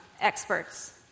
experts